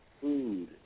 food